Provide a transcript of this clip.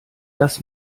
dass